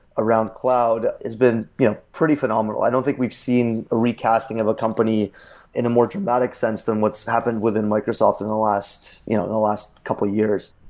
around cloud, it's been you know pretty phenomenal. i don't think we've seen a recasting of a company in a more dramatic sense than what's happened within microsoft in the last you know the last couple of years.